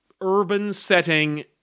urban-setting